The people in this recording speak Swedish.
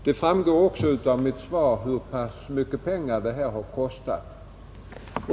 Det framgick också av mitt svar hur mycket pengar detta har kostat.